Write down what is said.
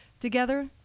together